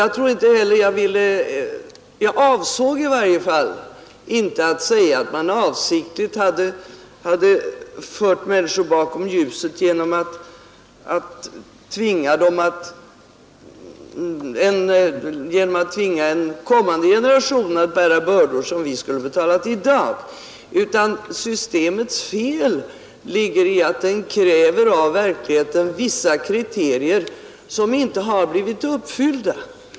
Slutligen var det i varje fall inte min avsikt att säga att man fört människor bakom ljuset genom att tvinga en kommande generation att bära bördor som vi skulle bära i dag. Felet ligger i systemet. Det kräver vissa kriterier som inte har blivit uppfyllda.